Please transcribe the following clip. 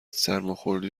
سرماخوردی